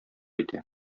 итә